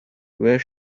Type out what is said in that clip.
where